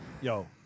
Yo